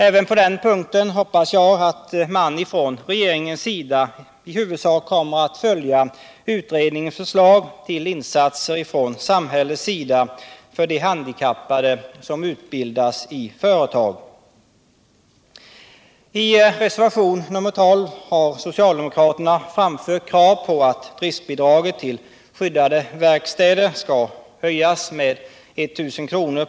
Även på den här punkten hoppas jag att regeringen i huvudsak kommer att följa utredningens förslag till insatser från samhällets sida. I reservationen 12 har socialdemokraterna framfört krav på att driftbidraget till skyddade verkstäder skall höjas med 1 000 kr.